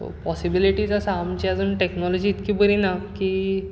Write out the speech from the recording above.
so possibilities आसा आमचे अजून टेक्नॉलजी इतकी बरी ना की